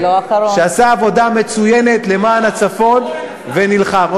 שעשה עבודה מצוינת למען הצפון ונלחם.